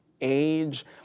age